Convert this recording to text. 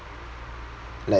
like